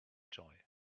joy